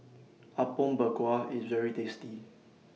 Apom Berkuah IS very tasty